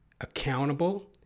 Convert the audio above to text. accountable